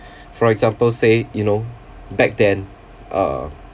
for example say you know back then uh